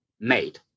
made